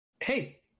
hey